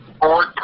four